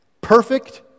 perfect